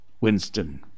Winston